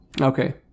Okay